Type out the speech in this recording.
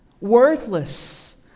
Worthless